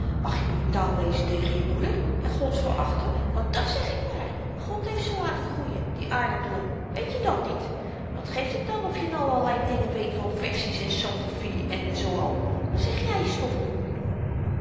mag je brutaal wezen tegen je moeder en god verachten want dàt zeg ik maar god heeft ze laten groeien die aardappelen weet je dàt niet wat geeft het dan of je n al allerlei dingen weet van versies en sogrefie en zoo al wat zeg jy stoffel